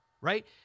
right